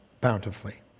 bountifully